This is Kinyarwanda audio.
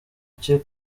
cye